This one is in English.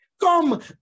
Come